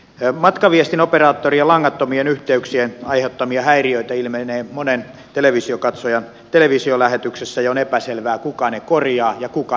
matkaviestinoperaattorien langattomien yhteyksien aiheuttamia häiriöitä ilmenee monen televisionkatsojan televisiolähetyksessä ja on epäselvää kuka ne korjaa ja kuka ne korvaa